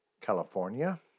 California